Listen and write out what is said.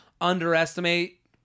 underestimate